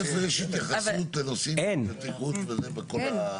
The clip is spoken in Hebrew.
השאלה איפה יש התייחסות לנושאים של בטיחות בכל החוק?